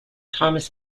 thomas